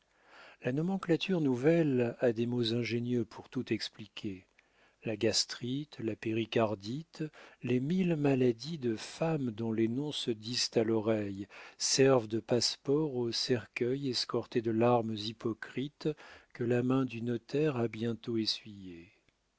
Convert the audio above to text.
la nomenclature nouvelle a des mots ingénieux pour tout expliquer la gastrite la péricardite les mille maladies de femme dont les noms se disent à l'oreille servent de passe-port aux cercueils escortés de larmes hypocrites que la main du notaire a bientôt essuyées